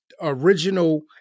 original